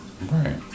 right